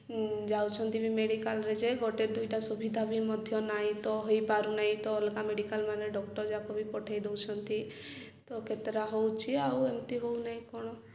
ଯାଉଛନ୍ତି ବି ମେଡ଼ିକାଲ୍ରେ ଯେ ଗୋଟେ ଦୁଇଟା ସୁବିଧା ବି ମଧ୍ୟ ନାହିଁ ତ ହୋଇପାରୁନାହିଁ ତ ଅଲଗା ମେଡ଼ିକାଲ୍ମାନେ ଡକ୍ଟର୍ଯାକ ବି ପଠାଇ ଦେଉଛନ୍ତି ତ କେତେଟା ହେଉଛି ଆଉ ଏମିତି ହେଉନହିଁ କ'ଣ